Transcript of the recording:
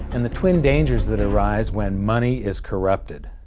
and the twin dangers that arise when money is corrupted.